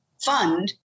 fund